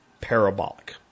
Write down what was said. parabolic